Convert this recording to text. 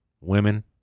women